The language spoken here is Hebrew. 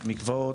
מקוואות,